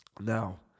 Now